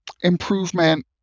improvement